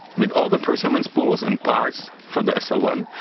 with all the prusament spools and parts for the s l one,